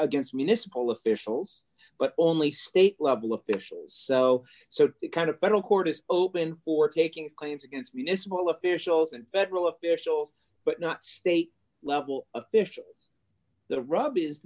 against municipal officials but only state level officials so so kind of federal court is open for taking claims against municipal officials and federal officials but not state level officials the rub is